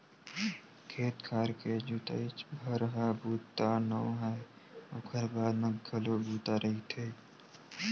खेत खार के जोतइच भर ह बूता नो हय ओखर बाद म घलो बूता रहिथे